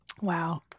Wow